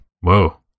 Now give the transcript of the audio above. Whoa